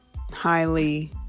highly